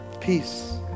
peace